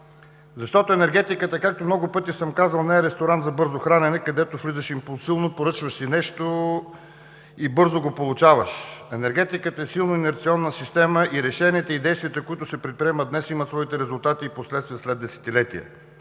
Защото енергетиката, както много пъти съм казвал, не е ресторант за бързо хранене, където влизаш импулсивно, поръчваш си нещо и бързо го получаваш. Енергетиката е силно инерционна система и решенията, и действията, които се предприемат днес, имат своите резултати и последствия след десетилетия.